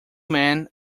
men